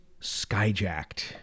Skyjacked